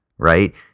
right